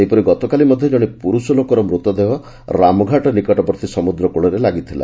ସେହିପରି ଗତକାଲି ମଧ୍ଧ ଜଣେ ପୁରୁଷ ଲୋକର ମୃତଦେହ ରାମଘାଟ ନିକଟବର୍ଉୀ ସମୁଦ୍ରକୁଳରେ ଲାଗିଥିଲା